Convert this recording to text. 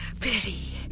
pity